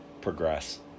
progress